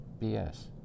BS